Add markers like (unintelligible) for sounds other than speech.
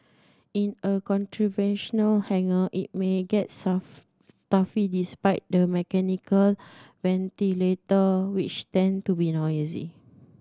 in a (unintelligible) hangar it may get (unintelligible) stuffy despite the mechanical ventilator which tend to be noisy